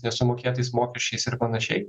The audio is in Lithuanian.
nesumokėtais mokesčiais ir panašiai